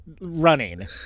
running